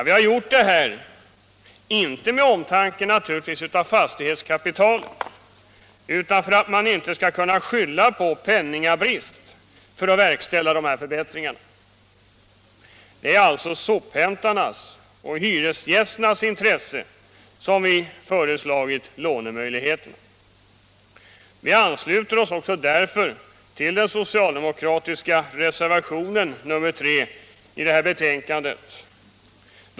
Vi har gjort detta — inte av omtanke om fastighetskapitalet, utan för att man inte skall kunna skylla på penningbrist för att slippa verkställa förbättringarna. Det är alltså i sophämtarnas och hyresgästernas intresse som vi föreslagit lånemöjligheterna. Vi ansluter oss därför till den socialdemokratiska reservationen 3 i betänkandet.